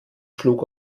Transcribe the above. schlug